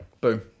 Boom